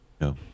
No